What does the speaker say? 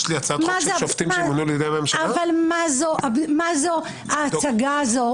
מה זו ההצגה הזאת?